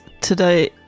today